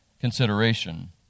consideration